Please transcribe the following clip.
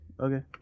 Okay